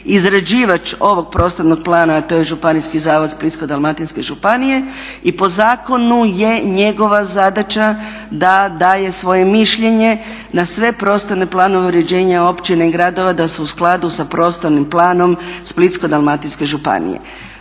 izrađivač ovog prostornog plana, a to je Županijski zavod Splitsko-dalmatinske županije i po zakonu je njegova zadaća da daje svoje mišljenje na sve prostorne planove uređenja općina i gradova da su u skladu sa Prostornim planom Splitsko-dalmatinske županije.